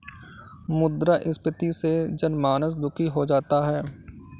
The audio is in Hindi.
मुद्रास्फीति से जनमानस दुखी हो जाता है